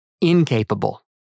incapable